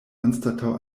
anstataŭ